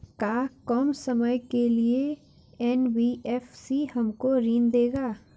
का कम समय के लिए एन.बी.एफ.सी हमको ऋण देगा?